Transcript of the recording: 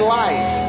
life